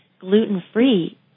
gluten-free